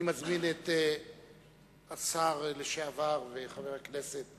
אני מזמין את השר לשעבר וחבר הכנסת